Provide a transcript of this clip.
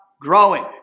growing